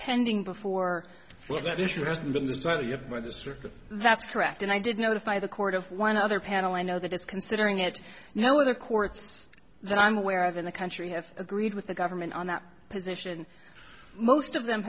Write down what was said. sister that's correct and i did notify the court of one other panel i know that is considering it no other courts that i'm aware of in the country have agreed with the government on that position most of them